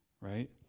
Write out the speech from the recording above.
Right